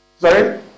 Sorry